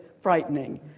frightening